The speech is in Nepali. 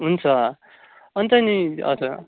हुन्छ अन्त नि हजुर